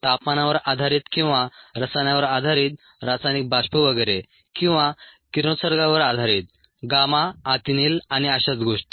तापमानावर आधारित किंवा रसायनांवर आधारित रासायनिक बाष्प वगैरे किंवा किरणोत्सर्गावर आधारित गामा अतिनील आणि अशाच गोष्टी